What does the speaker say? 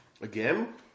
Again